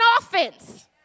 offense